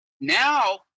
Now